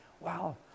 wow